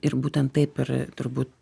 ir būtent taip ir turbūt